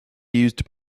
used